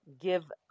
give